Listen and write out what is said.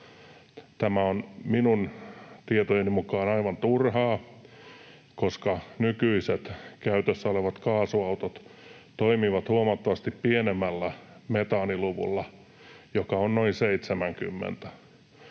Tämä on minun tietojeni mukaan aivan turhaa, koska nykyiset käytössä olevat kaasuautot toimivat huomattavasti pienemmällä metaaniluvulla, joka on noin 70.